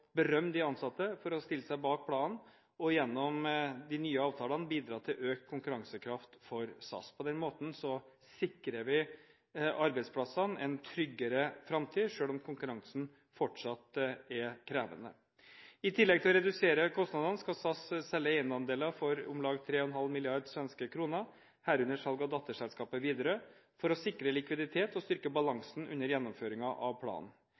de ansatte for å stille seg bak planen og gjennom de nye avtalene bidra til økt konkurransekraft for SAS. På den måten sikrer vi arbeidsplassene en tryggere framtid, selv om konkurransen fortsatt er krevende. I tillegg til å redusere kostnadene skal SAS selge eierandeler for om lag 3,5 mrd. svenske kroner, herunder salg av datterselskapet Widerøe, for å sikre likviditet og styrke balansen under gjennomføringen av planen.